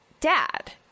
dad